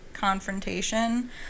confrontation